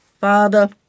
father